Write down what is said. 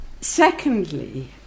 Secondly